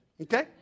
okay